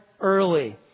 early